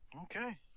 Okay